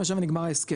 לא, 2027 נגמר ההסכם.